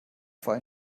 fall